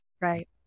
right